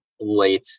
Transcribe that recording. late